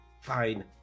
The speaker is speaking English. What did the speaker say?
Fine